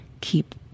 keep